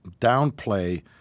downplay